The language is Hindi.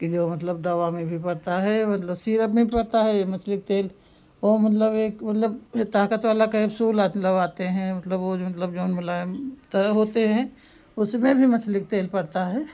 कि वह मतलब दवा में भी पड़ता है औ मतलब सीरप में भी पड़ता है यह मछली के तेल वह मतलब एक मतलब एह ताकत वाला कैप्सूल आत मतलब आते हैं मतलब वह जो मतलब जऊन मुलायम तरह होते हैं उसमें भी मछली के तेल पड़ता है